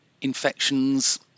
infections